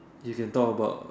you can talk about